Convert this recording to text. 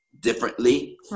differently